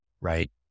right